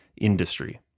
industry